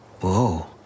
Whoa